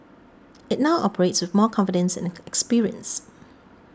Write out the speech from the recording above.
it now operates with more confidence and experience